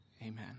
amen